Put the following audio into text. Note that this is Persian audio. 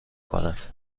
کند